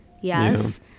yes